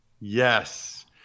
Yes